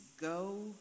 go